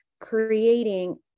creating